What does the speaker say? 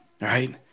right